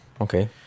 okay